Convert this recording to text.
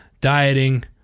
dieting